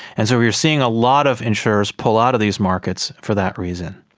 and so we are seeing a lot of insurers pull out of these markets for that reason.